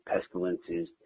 pestilences